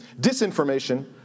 disinformation